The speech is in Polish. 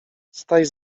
staś